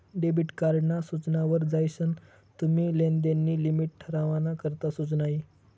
debit card ना सूचना वर जायीसन तुम्ही लेनदेन नी लिमिट ठरावाना करता सुचना यी